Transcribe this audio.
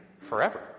forever